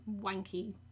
wanky